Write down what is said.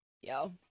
Yo